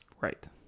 Right